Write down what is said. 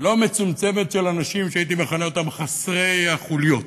לא מצומצמת של אנשים שהייתי מכנה אותם "חסרי החוליות",